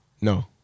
No